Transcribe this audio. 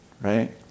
right